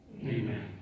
Amen